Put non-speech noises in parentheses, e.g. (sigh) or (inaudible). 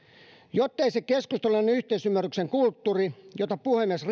jottei se keskustelujen yhteisymmärryksen kulttuuri jota puhemies (unintelligible)